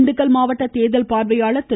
திண்டுக்கல் மாவட்ட தேர்தல் பார்வையாளர் திரு